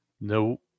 No